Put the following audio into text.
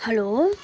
hello